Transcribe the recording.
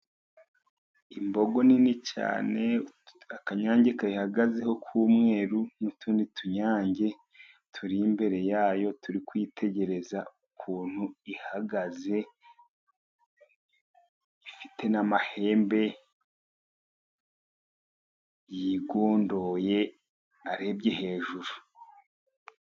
Imbogo nini cyane, akanyange gahagazeho k'umweru, n'utundi tunyange turi imbere ya yo turi kwitegereza ukuntu ihagaze, ifite n'amahembe yigondoye arebye hejuru.